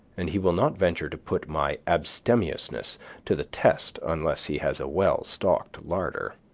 and he will not venture to put my abstemiousness to the test unless he has a well-stocked larder.